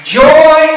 joy